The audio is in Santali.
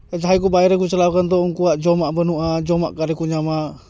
ᱡᱟᱦᱟᱸᱭ ᱠᱚ ᱵᱟᱭᱨᱮ ᱠᱚ ᱪᱟᱞᱟᱣ ᱠᱟᱱ ᱫᱚ ᱩᱱᱠᱩᱣᱟᱜ ᱡᱚᱢᱟᱜ ᱵᱟᱹᱱᱩᱜ ᱡᱚᱢᱟᱜ ᱚᱠᱟ ᱨᱮᱠᱚ ᱧᱟᱢᱟ